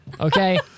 Okay